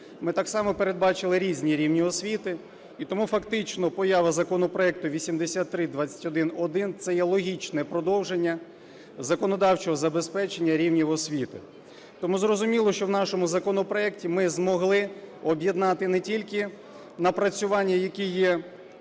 ми так само передбачили різні рівні освіти. І тому фактично поява законопроекту 8321-1 - це є логічне продовження законодавчого забезпечення рівнів освіти. Тому зрозуміло, що в нашому законопроекті ми змогли об'єднати не тільки напрацювання, які є у різних